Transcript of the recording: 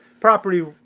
property